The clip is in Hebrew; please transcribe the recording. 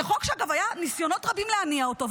זה חוק שהיו ניסיונות רבים להניע אותו,